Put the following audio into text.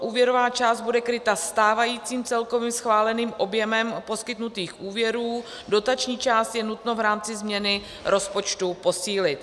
Úvěrová část bude kryta stávajícím celkovým schváleným objemem u poskytnutých úvěrů, dotační část je nutno v rámci změny rozpočtu posílit.